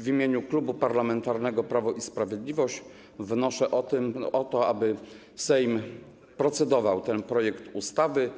W imieniu Klubu Parlamentarnego Prawo i Sprawiedliwość wnoszę o to, aby Sejm procedował nad tym projektem ustawy